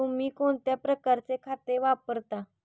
तुम्ही कोणत्या प्रकारचे खत वापरता?